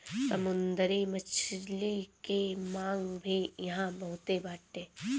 समुंदरी मछली के मांग भी इहां बहुते बाटे